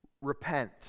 Repent